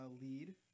lead